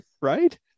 right